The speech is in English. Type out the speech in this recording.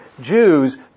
Jews